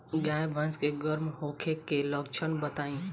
गाय भैंस के गर्म होखे के लक्षण बताई?